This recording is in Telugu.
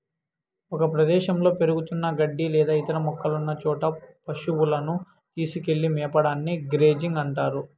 ఒక ప్రదేశంలో పెరుగుతున్న గడ్డి లేదా ఇతర మొక్కలున్న చోట పసువులను తీసుకెళ్ళి మేపడాన్ని గ్రేజింగ్ అంటారు